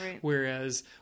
Whereas